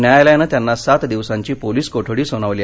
न्यायालयानं त्यांना सात दिवसांची पोलिस कोठडी सुनावली